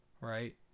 right